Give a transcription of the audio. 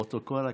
פרוטוקול הכנסת,